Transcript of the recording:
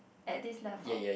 at this level